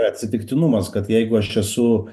atsitiktinumas kad jeigu aš esu